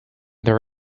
there